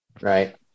Right